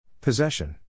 Possession